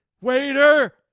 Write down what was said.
Waiter